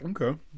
Okay